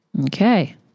Okay